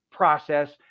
process